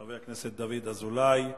חבר הכנסת דוד אזולאי.